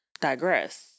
digress